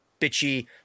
bitchy